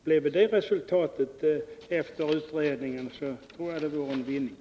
Bleve det resultatet efter utredningen, tror jag det vore värdefullt.